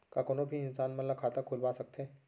का कोनो भी इंसान मन ला खाता खुलवा सकथे?